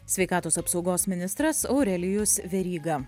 sveikatos apsaugos ministras aurelijus veryga